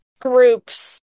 groups